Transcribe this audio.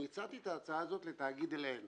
אני הצעתי את ההצעה הזאת לתאגיד אל-עין,